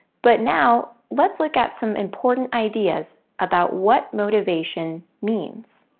but now, let's look at some important ideas about what motivation means.